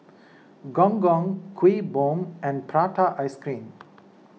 Gong Gong Kuih Bom and Prata Ice Cream